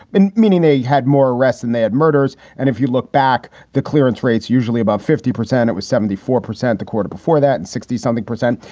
and meaning they had more arrest than they had murders. and if you look back, the clearance rates usually about fifty percent. it was seventy four percent the quarter before that and sixty something percent.